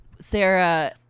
Sarah